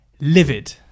livid